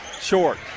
Short